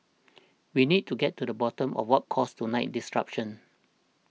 we need to get to the bottom of what caused tonight's distraction